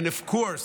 and of course